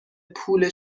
پول